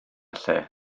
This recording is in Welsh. lle